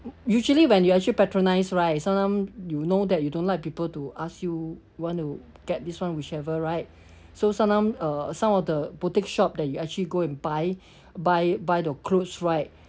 usually when you actually patronise right sometime you know that you don't like people to ask you want to get this [one] whichever right so sometime uh some of the boutique shop that you actually go and buy buy buy the clothes right